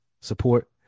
support